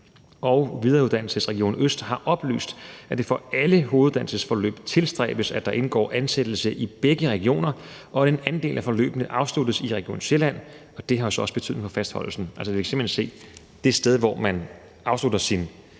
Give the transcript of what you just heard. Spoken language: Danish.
Og Videreuddannelsesregion Øst har oplyst, at det for alle hoveduddannelsesforløb tilstræbes, at der indgår ansættelse i begge regioner, og at en andel af forløbene afsluttes i Region Sjælland. Det har så også betydning for fastholdelsen. Man kan simpelt hen se, at det sted, hvor man afslutter sin